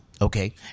Okay